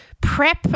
prep